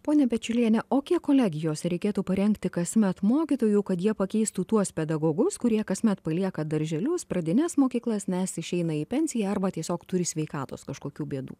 ponia pečiuliene o kiek kolegijose reikėtų parengti kasmet mokytojų kad jie pakeistų tuos pedagogus kurie kasmet palieka darželius pradines mokyklas nes išeina į pensiją arba tiesiog turi sveikatos kažkokių bėdų